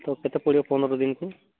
ତ କେତେ ପଡ଼ିବ ପନ୍ଦର୍ ଦିନ ପାଇଁ